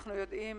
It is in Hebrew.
אנחנו יודעים